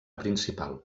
principal